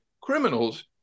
Criminals